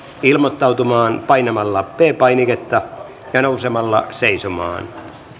ilmoittautumaan painamalla p painiketta ja nousemalla seisomaan